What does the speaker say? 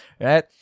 right